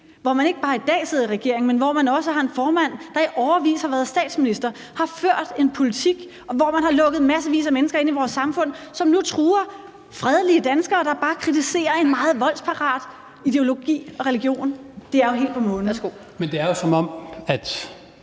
i dag ikke bare sidder i regering, men hvor man også har en formand, der i årevis har været statsminister og har ført en politik, hvor man har lukket massevis af mennesker ind i vores samfund, som nu truer fredelige danskere, der bare kritiserer en meget voldsparat ideologi og religion. Det er jo helt på månen. Kl. 18:57 Den fg.